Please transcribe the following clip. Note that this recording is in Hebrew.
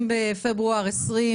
ה-20 בפברואר 2022,